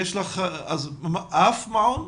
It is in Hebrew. באף מעון?